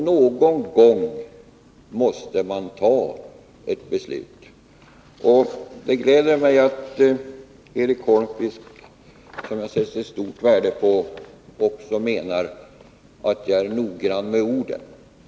Någon gång måste man ta ett beslut. Det gläder mig att Eric Holmqvist, som också jag sätter stort värde på, menar att jag är noggrann med orden.